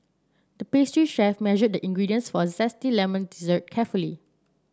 the pastry chef measured the ingredients for a zesty lemon dessert carefully